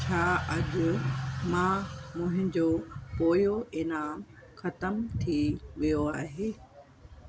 छा अॼु मां मुंहिंजो पोयों इनाम ख़तम थी वियो आहे